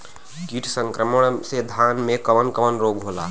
कीट संक्रमण से धान में कवन कवन रोग होला?